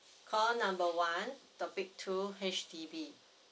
call number one topic two H_D_B